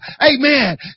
Amen